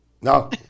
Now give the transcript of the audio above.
No